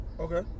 Okay